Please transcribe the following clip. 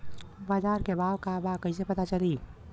बाजार के भाव का बा कईसे पता चली?